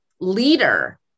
leader